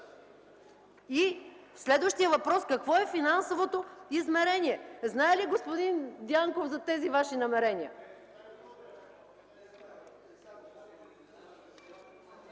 И следващият въпрос: какво е финансовото измерение? Знае ли господин Дянков за тези Ваши намерения?